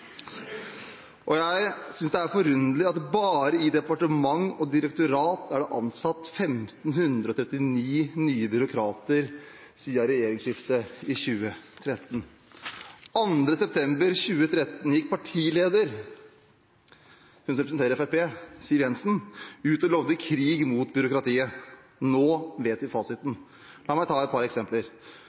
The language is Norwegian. Jeg synes det er forunderlig at bare i departementer og direktorater er det ansatt 1 539 nye byråkrater siden regjeringsskiftet i 2013. Den 2. september 2013 gikk partileder Siv Jensen – som representerer Fremskrittspartiet – ut og lovde krig mot byråkratiet. Nå har vi fasiten. La meg ta et par eksempler: